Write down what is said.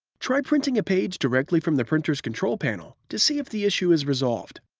try printing a page directly from the printer's control panel to see if the issue is resolved.